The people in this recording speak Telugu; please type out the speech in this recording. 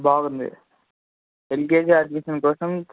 బాగుంది ఎల్ కే జీ అడ్మిషన్ కోసం